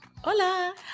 Hola